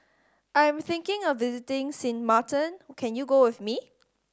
I'm thinking of visiting Sint Maarten can you go with me